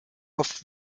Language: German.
oft